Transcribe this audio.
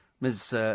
Ms